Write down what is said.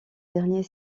dernier